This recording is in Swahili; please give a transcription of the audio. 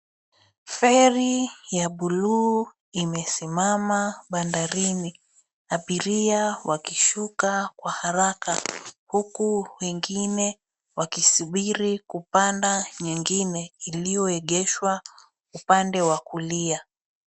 Feri ya blue imesimama bandarini abiria wakishuka kwa haraka huku wengine wakisubiri kupanda nyingine iliyooegeshwa upande wa kulia.